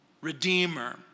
redeemer